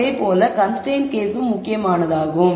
அதே போல கன்ஸ்டரைன்ட் கேஸும் முக்கியமானதாகும்